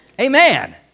Amen